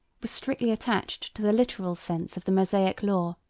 were strictly attached to the literal sense of the mosaic law,